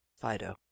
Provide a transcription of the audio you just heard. Fido